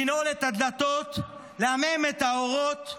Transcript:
לנעול את הדלתות ולעמעם את האורות.